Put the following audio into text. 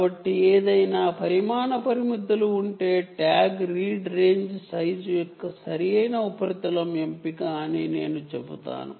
కాబట్టి ఏదైనా పరిమాణ పరిమితులు ఉంటే ట్యాగ్ రీడ్ రేంజ్ సైజు యొక్క సరి అయిన ఉపరితలం ఎంపిక అని నేను చెబుతాను